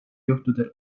juhtudel